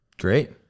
great